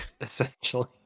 essentially